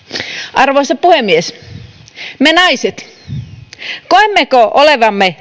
arvoisa puhemies me naiset koemmeko olevamme